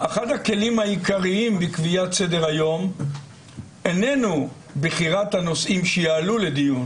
אחד הכלים העיקריים בקביעת סדר-היום איננו בחירת הנושאים שיעלו לדיון